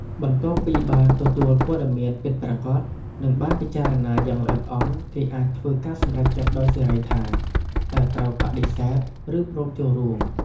បន្ទាប់ពីបានទទួលព័ត៌មានពិតប្រាកដ និងបានពិចារណាយ៉ាងល្អិតល្អន់ គេអាចធ្វើការសម្រេចចិត្តដោយសេរីថា តើត្រូវបដិសេធ ឬព្រមចូលរួម។